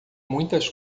muitas